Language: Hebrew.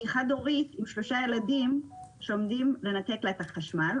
כי היא חד-הורית עם שלושה ילדים ועומדים לנתק לה את החשמל.